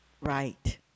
Right